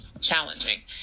challenging